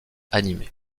animés